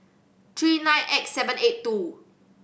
three nine X seven eight two